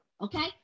okay